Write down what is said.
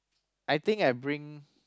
I think I bring